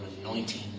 anointing